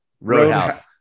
Roadhouse